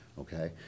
okay